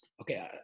Okay